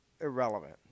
irrelevant